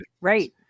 Right